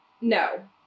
No